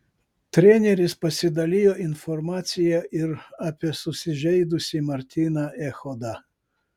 treneris pasidalijo informacija ir apie susižeidusį martyną echodą